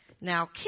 Now